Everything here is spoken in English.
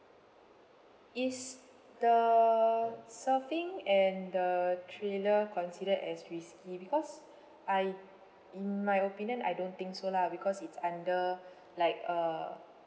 is the surfing and the trailer considered as risky because I in my opinion I don't think so lah because it's under like uh